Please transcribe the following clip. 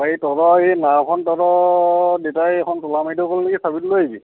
এই তহঁতৰ এই নাওঁখন তহঁতৰ দেউতায়ে এইখন তলা মাৰি থৈ গ'ল নেকি চাবিটো লৈ আহিবি